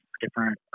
different